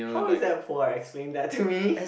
how is that poor explain that to me